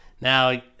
now